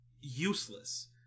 useless